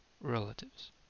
Relatives